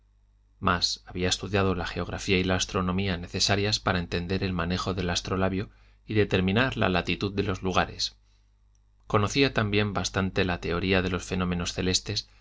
mas había estudiado la geografía y la astronomía necesarias para entender el manejo del astrolabio y determinar la latitud de los lugares conocía también bastante la teoría de los fenómenos celestes